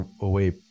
away